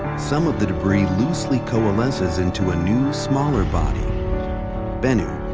some of the debris loosely coalesces into a new smaller body bennu.